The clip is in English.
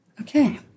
Okay